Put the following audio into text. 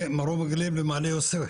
מרום הגליל ומעלה יוסף.